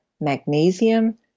magnesium